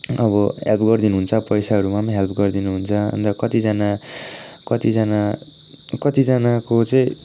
अब हेल्प गरिदिनु हुन्छ पैसाहरूमा पनि हेल्प गरिदिनु हुन्छ अन्त कतिजना कतिजना कतिजनाको चाहिँ